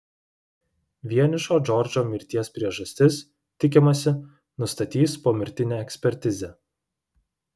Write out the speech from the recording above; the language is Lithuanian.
vienišo džordžo mirties priežastis tikimasi nustatys pomirtinė ekspertizė